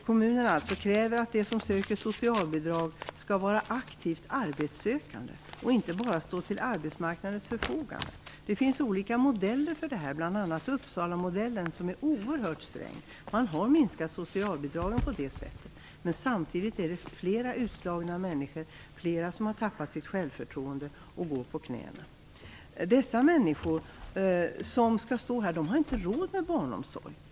Kommunerna kräver att de som söker socialbidrag skall vara aktivt arbetssökande och inte bara stå till arbetsmarknadens förfogande. Det finns olika modeller för detta, bl.a. Uppsalamodellen som är oerhört sträng. Man har minskat socialbidragen på det sättet, men samtidigt blir fler människor utslagna och fler tappar sitt självförtroende och går på knäna. Dessa människor har inte råd med barnomsorg.